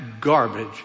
garbage